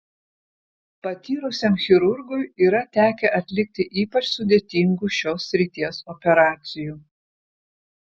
patyrusiam chirurgui yra tekę atlikti ypač sudėtingų šios srities operacijų